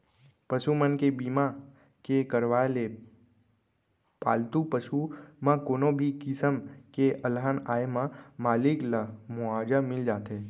पसु मन के बीमा के करवाय ले पालतू पसु म कोनो भी किसम के अलहन आए म मालिक ल मुवाजा मिल जाथे